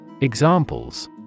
Examples